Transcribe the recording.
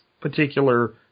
particular